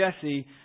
Jesse